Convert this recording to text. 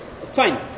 fine